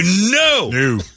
No